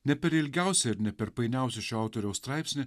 ne per ilgiausią ir ne per painiausią šio autoriaus straipsnį